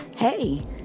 Hey